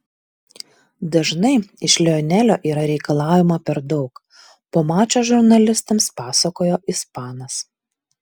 dažnai iš lionelio yra reikalaujama per daug po mačo žurnalistams pasakojo ispanas